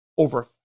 Over